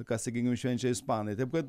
ką sakykim švenčia ispanai taip kad